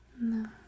No